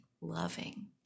loving